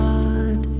God